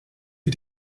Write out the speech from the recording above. für